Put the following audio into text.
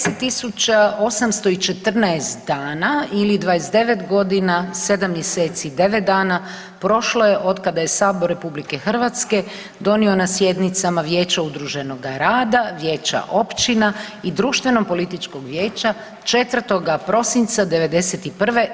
10.814 dana ili 29 godina 7 mjeseci i 9 dana prošlo je od kada je Sabor RH donio na sjednicama Vijeća udruženoga rada, Vijeća općina i Društvenopolitičkog vijeća 4. prosinca '91.